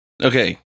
Okay